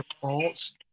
faults